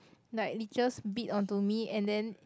like leeches bit onto me and then